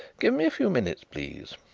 give me a few minutes, please.